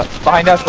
final